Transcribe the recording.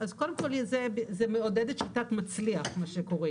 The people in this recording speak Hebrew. אז קודם כול, זה מעודד את שיטת מצליח, מה שקוראים.